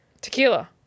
Tequila